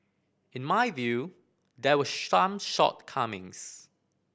in my view there were some shortcomings